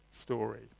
story